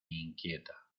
inquieta